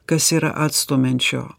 kas yra atstumiančio